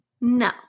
No